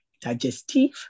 digestive